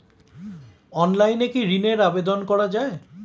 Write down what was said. অনলাইনে কি ঋনের আবেদন করা যায়?